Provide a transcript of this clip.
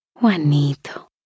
Juanito